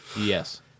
Yes